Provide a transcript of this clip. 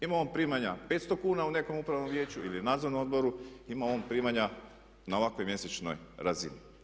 Imao on primanja 500 kuna u nekom upravnom vijeću ili u nadzornom odboru, imao on primanja na ovakvoj mjesečnoj razini.